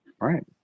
Right